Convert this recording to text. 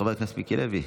חבר הכנסת מיקי לוי,